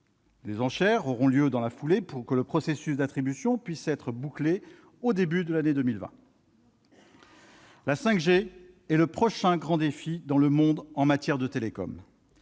Les enchères auront lieu dans la foulée pour que le processus d'attribution puisse être bouclé au début de l'année 2020. La 5G est le prochain grand défi dans le monde en matière de